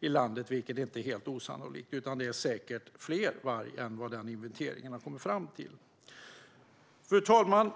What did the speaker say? i landet, men det är inte helt osannolikt - det finns säkert fler vargar än vad inventeringen kom fram till. Fru talman!